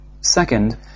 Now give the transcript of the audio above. Second